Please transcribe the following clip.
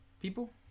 People